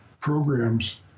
programs